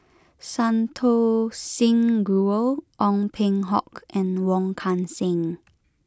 Santokh Singh Grewal Ong Peng Hock and Wong Kan Seng